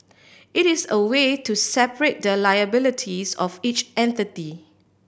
it is a way to separate the liabilities of each entity